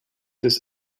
this